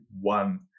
one